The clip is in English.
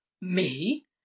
Me